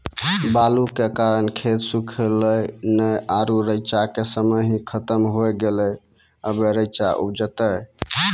बालू के कारण खेत सुखले नेय आरु रेचा के समय ही खत्म होय गेलै, अबे रेचा उपजते?